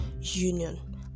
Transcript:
union